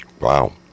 Wow